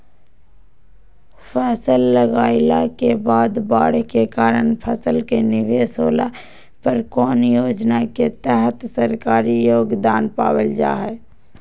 फसल लगाईला के बाद बाढ़ के कारण फसल के निवेस होला पर कौन योजना के तहत सरकारी योगदान पाबल जा हय?